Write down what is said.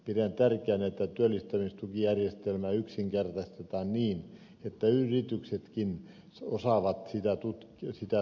pidän tärkeänä että työllistämistukijärjestelmää yksinkertaistetaan niin että yrityksetkin osaavat sitä tulkita